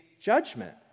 judgment